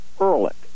Ehrlich